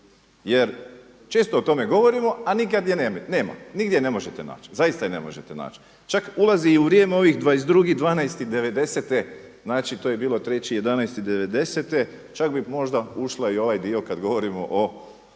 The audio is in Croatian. Jer često o tome govorimo, a nikad je nema, nigdje je ne možete naći. Zaista je ne možete naći. Čak ulazi i u vrijeme ovih 22.12.'90. znači to je bilo 3.11.'90. Čak bi možda ušla i u ovaj dio kad govorimo o